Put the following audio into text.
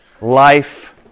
life